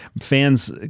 fans